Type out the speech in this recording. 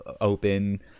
open